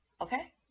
okay